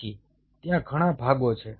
તેથી ત્યાં ઘણા ભાગો છે